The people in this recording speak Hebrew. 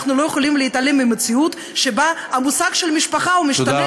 אנחנו לא יכולים להתעלם מהמציאות שבה מוסד משפחה משתנה.